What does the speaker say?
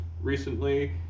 recently